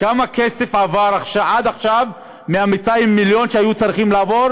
כמה כסף עבר עד עכשיו מ-200 המיליון שהיו צריכים לעבור